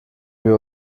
wir